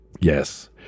Yes